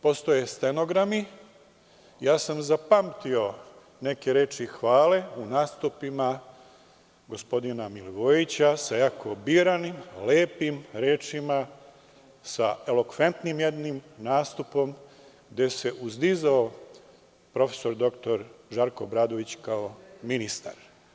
Postoje stenogrami, ja sam zapamtio neke reči hvale u nastupima gospodina Milivojevića, sa jako biranim, lepim rečima, sa elokventnim jednim nastupom gde se uzdizao prof. Dr Žarko Obradović kao ministar.